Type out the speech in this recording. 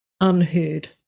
unheard